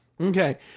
Okay